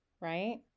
right